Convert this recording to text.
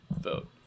vote